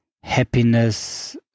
happiness